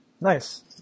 Nice